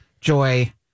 Joy